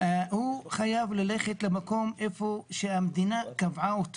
חייב ללכת למקום שהמדינה קבעה.